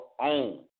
own